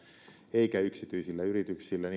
eikä yksityisillä yrityksillä